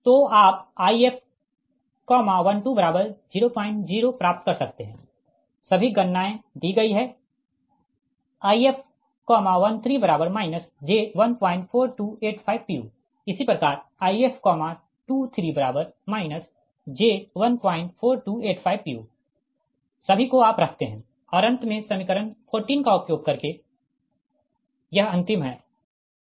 तो आप If1200 प्राप्त कर सकते है सभी गणनाएँ दी गयी है If13 j14285 pu इसी प्रकार If23 j14285 pu सभी को आप रखते है और अंत में समीकरण 14 का उपयोग करके यह अंतिम है